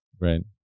Right